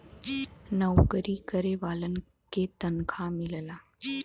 नऊकरी करे वालन के तनखा मिलला